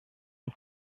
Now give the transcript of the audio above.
und